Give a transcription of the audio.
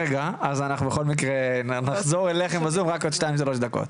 אנחנו נחזור לכל מי שבזום רק בעוד שתיים או שלוש דקות.